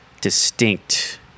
distinct